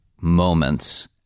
moments